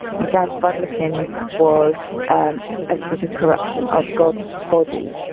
and! gad's buldlikins! was and a sort of corruption of god's body.